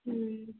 ꯎꯝ